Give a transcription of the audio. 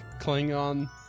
Klingon